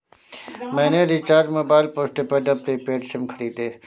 मैंने recharge mobile postpaid और prepaid SIM खरीदे